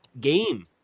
game